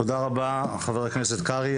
תודה רבה, חבר הכנסת קרעי.